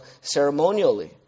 ceremonially